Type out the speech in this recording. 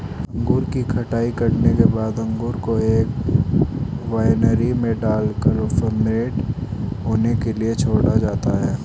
अंगूर की कटाई करने के बाद अंगूर को एक वायनरी में डालकर फर्मेंट होने के लिए छोड़ा जाता है